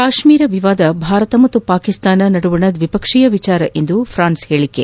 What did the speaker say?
ಕಾಶ್ಟೀರ ವಿವಾದ ಭಾರತ ಮತ್ತು ಪಾಕಿಸ್ತಾನ ನಡುವಿನ ದ್ವಿಪಕ್ಷೀಯ ವಿಚಾರ ಎಂದು ಫ್ರಾನ್ಸ್ ಹೇಳಿಕೆ